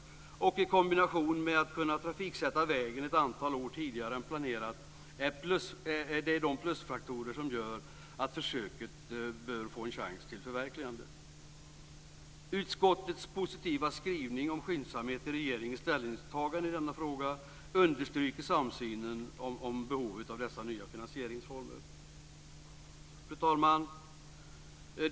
Detta i kombination med möjligheten att trafiksätta en väg ett antal år tidigare än planerat är de plusfaktorer som gör att försöket bör få en chans till förverkligande. Utskottets positiva skrivning om skyndsamhet i regeringens ställningstagande i denna fråga understryker samsynen om behovet av dessa nya finansieringsformer. Fru talman!